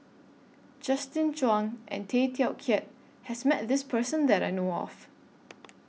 Justin Zhuang and Tay Teow Kiat has Met This Person that I know of